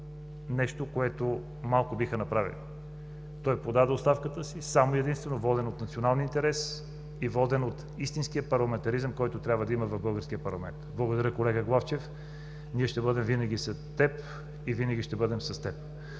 нещо, което малцина биха направили – той подаде оставката си само и единствено воден от националния интерес и воден от истинския парламентаризъм, който трябва да има в българския парламент. Благодаря, колега Главчев, ние ще бъдем винаги с теб! Благодарим за